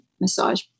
massage